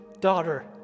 daughter